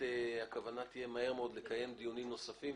הכוונה תהיה לקיים דיונים נוספים,